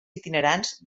itinerants